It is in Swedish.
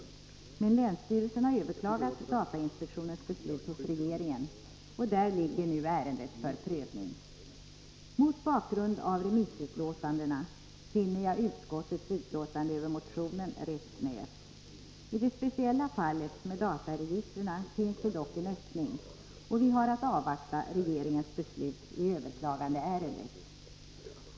Länsstyrelsen har överklagat datainspektionens beslut hos regeringen, och där ligger nu Mot bakgrund av remissutlåtandena finner jag utskottets utlåtande över motionen rätt snävt. I det speciella fallet med dataregistren finns det dock en öppning. Vi har att avvakta regeringens beslut i överklagandeärendet.